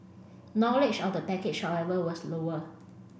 knowledge of the package however was lower